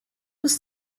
was